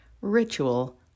ritual